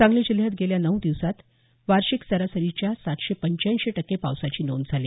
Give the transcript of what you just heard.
सांगली जिल्ह्यात गेल्या नऊ दिवसांत वार्षिक सरासरीच्या सातशे पंचाऐंशी टक्के पावसाची नोंद झाली